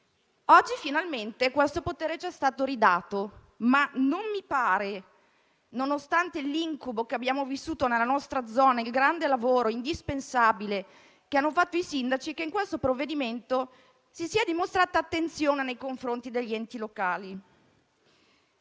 Oggi finalmente questo potere è stato restituito, ma non mi pare, nonostante l'incubo che abbiamo vissuto nella nostra zona e il grande lavoro, indispensabile, che hanno svolto i sindaci, che in questo provvedimento si sia dimostrata attenzione nei confronti degli enti locali.